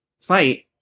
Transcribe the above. fight